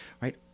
right